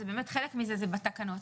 באמת חלק מזה זה בתקנות,